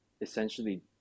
essentially